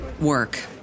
work